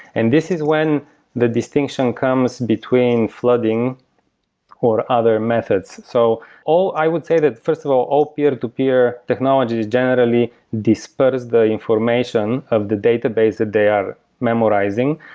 and this is when the distinction comes between flooding or other methods. so i would say that, first of all, all peer-to-peer technology is generally disperse the information of the database that they are memorizing.